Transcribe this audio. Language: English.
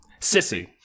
Sissy